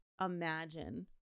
imagine